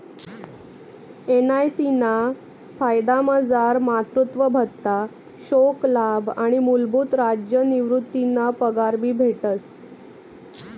NIC ना फायदामझार मातृत्व भत्ता, शोकलाभ आणि मूलभूत राज्य निवृतीना पगार भी भेटस